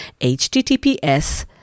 HTTPS